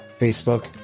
Facebook